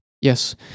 Yes